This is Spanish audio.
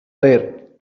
ver